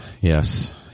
yes